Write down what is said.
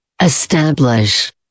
Establish